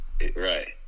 Right